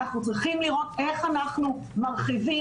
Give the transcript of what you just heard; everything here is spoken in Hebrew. אנחנו צריכים לראות איך אנחנו מרחיבים,